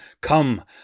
Come